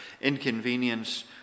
inconvenience